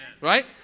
right